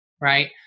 right